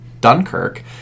dunkirk